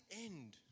end